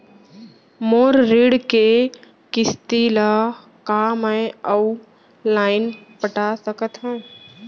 मोर ऋण के किसती ला का मैं अऊ लाइन पटा सकत हव?